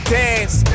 dance